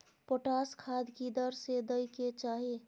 Potash खाद की दर से दै के चाही?